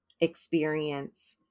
experience